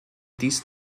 dies